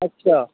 আচ্ছা